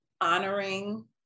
honoring